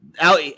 Out